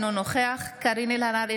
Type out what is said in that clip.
אינו נוכח קארין אלהרר,